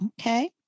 Okay